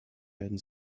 werden